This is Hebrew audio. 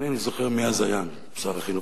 אינני זוכר מי אז היה שר החינוך,